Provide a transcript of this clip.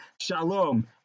shalom